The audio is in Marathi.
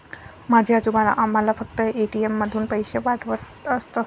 माझे आजोबा आम्हाला फक्त ए.टी.एम मधून पैसे पाठवत असत